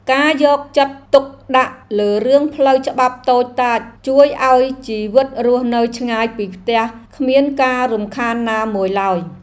ការយកចិត្តទុកដាក់លើរឿងផ្លូវច្បាប់តូចតាចជួយឱ្យជីវិតរស់នៅឆ្ងាយពីផ្ទះគ្មានការរំខានណាមួយឡើយ។